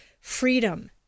freedom